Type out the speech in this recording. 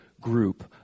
group